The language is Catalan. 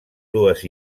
dues